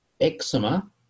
eczema